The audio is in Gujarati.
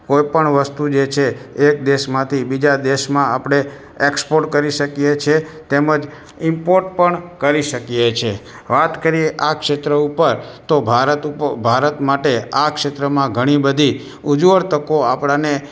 કોઇપણ વસ્તુ જે છે એક દેશમાંથી બીજા દેશમાં આપણે એક્સપોર્ટ કરી શકીએ છે તેમજ ઇમ્પોર્ટ પણ કરી શકીએ છે વાત કરીએ આ ક્ષેત્ર ઉપર તો ભારત ઉપ ભારત માટે આ ક્ષેત્રમાં ઘણી બધી ઉજ્જવળ તકો આપણને